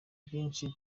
bwinshi